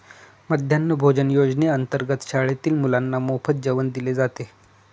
मध्यान्ह भोजन योजनेअंतर्गत शाळेतील मुलांना मोफत जेवण दिले जाते